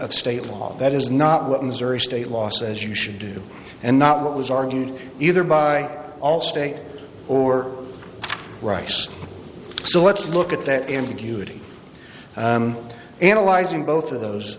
of state law that is not what missouri state law says you should do and not what was argued either by all state or rice so let's look at that ambiguity analyzing both of those